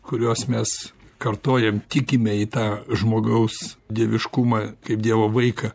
kuriuos mes kartojam tikime į tą žmogaus dieviškumą kaip dievo vaiką